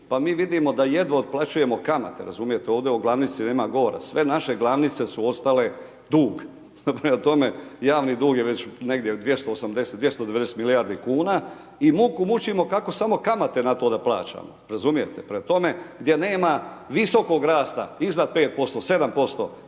pa mi vidimo da jedva otplaćujemo kamate razumijete, ovdje o glavnici nema govora, sve naše glavnice su ostale dug. Prema tome, javni dug je već negdje 280-290 milijardi kuna, i muku mučimo kako samo kamate na to da plaćamo razumijete, prema tome, gdje nema visokog rasta iznad 5%, 7%,